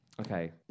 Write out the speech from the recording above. Okay